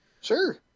Sure